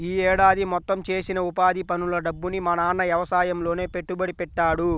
యీ ఏడాది మొత్తం చేసిన ఉపాధి పనుల డబ్బుని మా నాన్న యవసాయంలోనే పెట్టుబడి పెట్టాడు